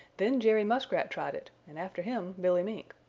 then jerry muskrat tried it and after him billy mink.